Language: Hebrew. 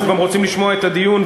אנחנו גם רוצים לשמוע את הדיון,